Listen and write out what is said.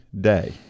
day